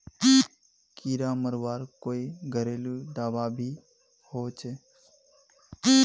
कीड़ा मरवार कोई घरेलू दाबा भी होचए?